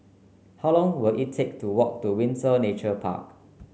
how long will it take to walk to Windsor Nature Park